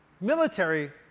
military